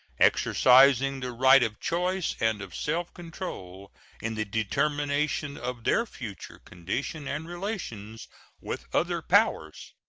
exercising the right of choice and of self-control in the determination of their future condition and relations with other powers.